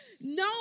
No